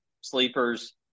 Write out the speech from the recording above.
sleepers